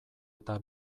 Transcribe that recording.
eta